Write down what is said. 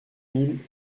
mille